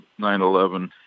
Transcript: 9-11